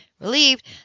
relieved